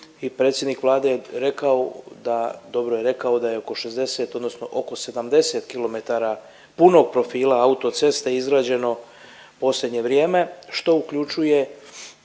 da, dobro je rekao da je oko 60, odnosno oko 70 km punog profila autoceste izgrađeno u posljednje vrijeme što uključuje